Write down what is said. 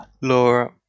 Laura